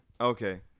okay